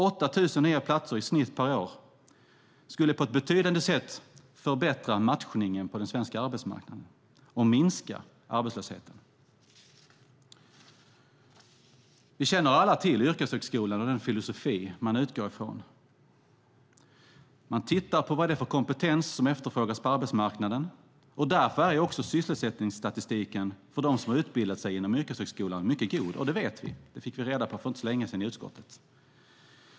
8 000 nya platser i snitt per år skulle på ett betydande sätt förbättra matchningen på den svenska arbetsmarknaden och minska arbetslösheten. Vi känner alla till yrkeshögskolan och den filosofi man utgår ifrån. Man tittar på vilken kompetens som efterfrågas på arbetsmarknaden, och därför är också sysselsättningsstatistiken för dem som utbildat sig genom yrkeshögskolan mycket god. Det vet vi. Det fick vi reda för inte så länge sedan i utskottet.